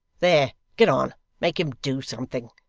there. get on. make him do something